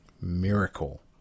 miracle